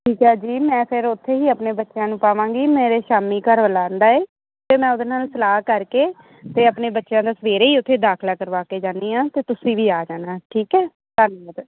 ਠੀਕ ਆ ਜੀ ਮੈਂ ਫਿਰ ਉੱਥੇ ਹੀ ਆਪਣੇ ਬੱਚਿਆਂ ਨੂੰ ਪਾਵਾਂਗੀ ਮੇਰੇ ਸ਼ਾਮੀ ਘਰਵਾਲਾ ਆਉਂਦਾ ਹੈ ਤਾਂ ਮੈਂ ਉਹਦੇ ਨਾਲ ਸਲਾਹ ਕਰਕੇ ਅਤੇ ਆਪਣੇ ਬੱਚਿਆਂ ਦਾ ਸਵੇਰੇ ਹੀ ਉੱਥੇ ਦਾਖਲਾ ਕਰਵਾ ਕੇ ਜਾਂਦੀ ਹਾਂ ਅਤੇ ਤੁਸੀਂ ਵੀ ਆ ਜਾਣਾ ਠੀਕ ਆ ਧੰਨਵਾਦ